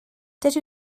dydw